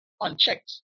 unchecked